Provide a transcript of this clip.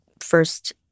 first